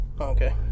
Okay